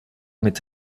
mit